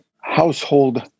household